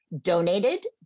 donated